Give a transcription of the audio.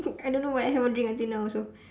I don't know why I haven't drink until now also